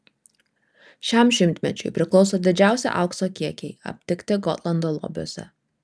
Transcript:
šiam šimtmečiui priklauso didžiausi aukso kiekiai aptikti gotlando lobiuose